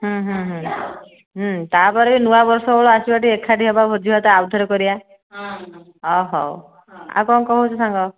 ତାପରେ ନୂଆବର୍ଷ ବେଳେ ଆସିବା ଟିକେ ଏକାଠି ହେବା ଭୋଜି ଭାତ ଆଉ ଥରେ କରିବା ଅ ହଉ ଆଉ କ'ଣ କହୁଛୁ ସାଙ୍ଗ